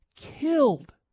killed